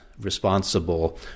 responsible